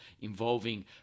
involving